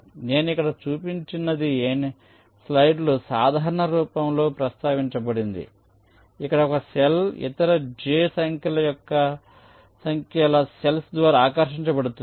నేను ఇక్కడ చూపించినది స్లైడ్లో సాధారణ రూపంలో ప్రస్తావించబడింది ఇక్కడ ఒక సెల్ ఇతర j సంఖ్యల సేల్స్ ద్వారా ఆకర్షించబడుతుంది